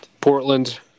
Portland